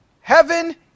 heaven